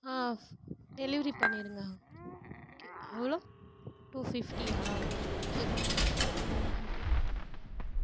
ஆ delivery பண்ணிடுங்க okay எவ்வளோ two ஃபிஃப்டியா சரி ஓகேங்க தேங்க்யூ